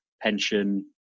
pension